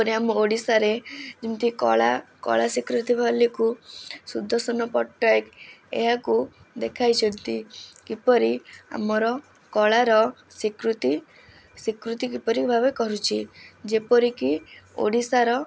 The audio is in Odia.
ଆମ ଓଡ଼ିଶାରେ ଯେମିତି କଳା କଳା ସ୍ୱୀକୃତି ସୁଦର୍ଶନ ପଟ୍ଟନାୟକ ଏହାକୁ ଦେଖାଇଛନ୍ତି କିପରି ଆମର କଳାର ସ୍ୱୀକୃତି ସ୍ୱୀକୃତି କିପରି ଭାବରେ କରୁଛି ଯେପରି କି ଓଡ଼ିଶାର